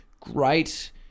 great